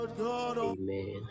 amen